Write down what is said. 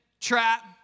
trap